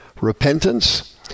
repentance